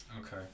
Okay